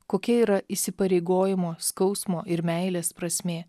kokia yra įsipareigojimo skausmo ir meilės prasmė